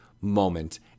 moment